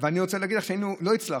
ואני רוצה להגיד לך שלא הצלחנו,